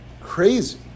crazy